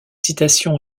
citation